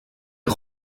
est